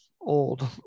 old